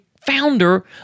founder